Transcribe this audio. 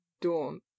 Dawn